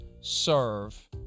serve